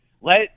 Let